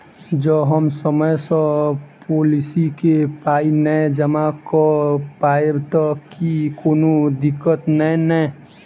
जँ हम समय सअ पोलिसी केँ पाई नै जमा कऽ पायब तऽ की कोनो दिक्कत नै नै?